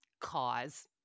cause